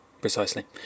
precisely